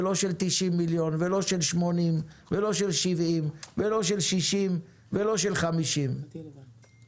ולא של 90 מיליון ולא של 80 ולא של 70 ולא של 60 ולא של 50. באתם,